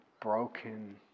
broken